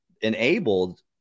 enabled